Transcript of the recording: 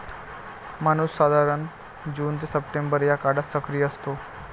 monsoon साधारणतः जून ते सप्टेंबर या काळात सक्रिय असतो